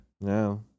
No